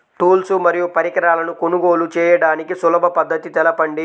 Tools మరియు పరికరాలను కొనుగోలు చేయడానికి సులభ పద్దతి తెలపండి?